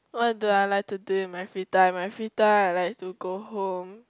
what do I like to do in my free time my free time I like to go home